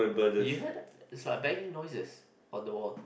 you heard that it's like banging noises on the wall